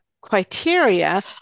criteria